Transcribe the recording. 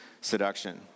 seduction